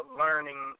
learning